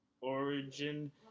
origin